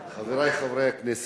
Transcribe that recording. אדוני היושב-ראש, חברי חברי הכנסת,